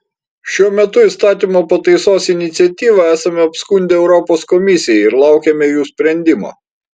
šiuo metu įstatymo pataisos iniciatyvą esame apskundę europos komisijai ir laukiame jų sprendimo